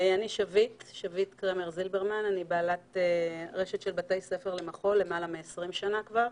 אני בעלת רשת של בתי ספר למחול כבר למעלה מ-20 שנה.